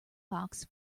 box